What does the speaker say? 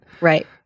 right